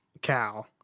cow